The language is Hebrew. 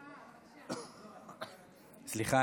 סליחה,